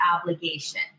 obligation